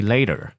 Later